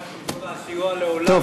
הבעיה שגובה הסיוע לעולם, זה לא נכון.